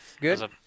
Good